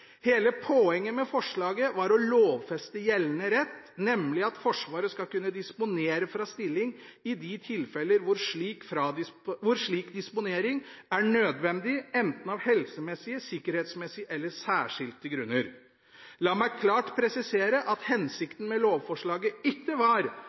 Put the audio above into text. Hele poenget med forslaget var å lovfeste gjeldende rett, nemlig at Forsvaret skal kunne disponere fra stilling i de tilfeller hvor slik disponering er nødvendig enten av helsemessige, sikkerhetsmessige eller særskilte grunner. La meg klart presisere at